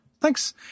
thanks